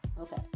okay